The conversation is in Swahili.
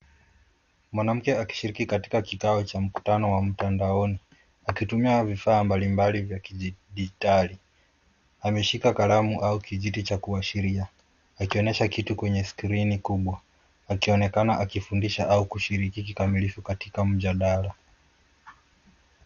Mwanamke akishiriki katika kikao cha mkutano wa mtandaoni. Akitumia vifaa mbalimbali vya kijidijtali. Ameshika kalamu au kijiti cha kuashiria akionumyesha kitu kwenye skrini kubwa akionekana akifundisha au kushiriki kikamilifu katika mjadala.